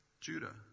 Judah